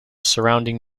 surrounding